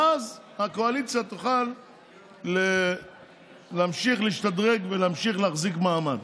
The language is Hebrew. ואז הקואליציה תוכל להמשיך להשתדרג ולהמשיך להחזיק מעמד.